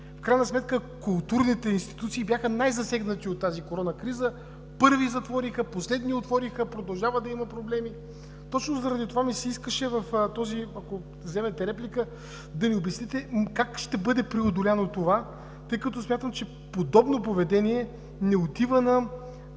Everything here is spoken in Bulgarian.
в крайна сметка културните институции бяха най-засегнати от тази коронакриза – първи затвориха, последни отвориха, продължават да имат проблеми. Точно заради това ми се искаше, ако вземете реплика, да ни обясните как ще бъде преодоляно това, тъй като смятам, че подобно поведение не отива на